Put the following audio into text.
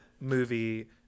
movie